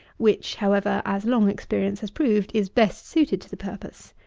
which, however, as long experience has proved, is best suited to the purpose.